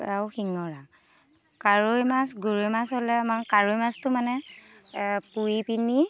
আৰু শিঙৰা কাৱৈ মাছ গৰৈ মাছ হ'লে আমাৰ কাৱৈ মাছটো মানে পুৰি পিনি